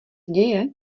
děje